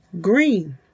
Green